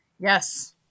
Yes